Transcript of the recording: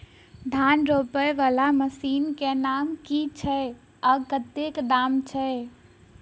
धान रोपा वला मशीन केँ नाम की छैय आ कतेक दाम छैय?